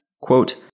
Quote